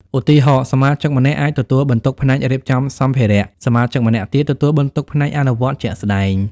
ឧទាហរណ៍ សមាជិកម្នាក់អាចទទួលបន្ទុកផ្នែករៀបចំសម្ភារៈ សមាជិកម្នាក់ទៀតទទួលបន្ទុកផ្នែកអនុវត្តជាក់ស្ដែង។